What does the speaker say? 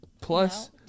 Plus